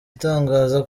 itangaza